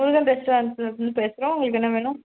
முருகன் ரெஸ்ட்டாரெண்ட்ஸ்லேருந்து பேசுகிறோம் உங்களுக்கு என்ன வேணும்